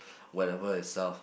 whatever itself